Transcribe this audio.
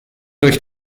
durch